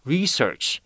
Research